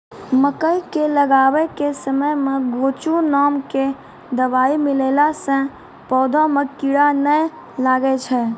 मकई के लगाबै के समय मे गोचु नाम के दवाई मिलैला से पौधा मे कीड़ा नैय लागै छै?